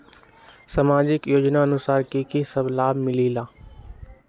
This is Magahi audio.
समाजिक योजनानुसार कि कि सब लाब मिलीला?